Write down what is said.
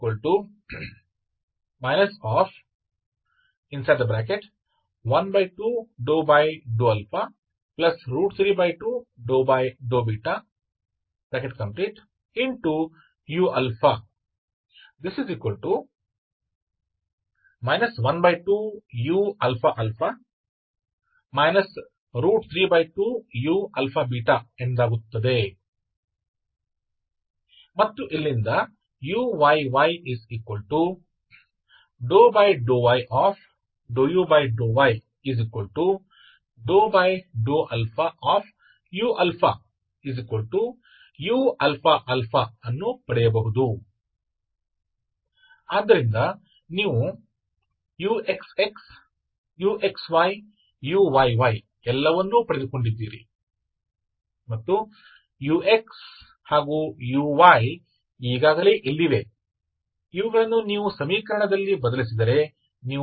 तो इससे uxy 12∂α32∂βu 12uαα 32uαβऔर क्या होता है यहाँ से आप प्राप्त कर सकते हैं uyy∂y∂u∂y∂αuuαα तो आपके पास सब कुछ है uxx uxy uxx uxy and uyy तो ux uyपहले से ही यहां हैं इसलिए यदि आप समीकरण में स्थानापन्न करते हैं तो आपको कैनॉनिकल रूप मिलता है जो शायद या तो हल करने योग्य है या इसकी सादगी के आधार पर नहीं है